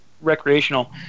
recreational